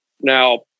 Now